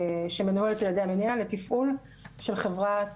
אני באופן אישי הרבה לא מבינה בפנסיות והרבה לא מבינה